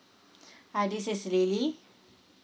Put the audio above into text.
hi this is lily